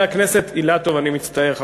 אני מצטער,